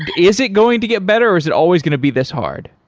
and is it going to get better is it always going to be this hard?